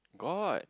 god